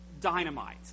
dynamite